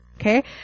Okay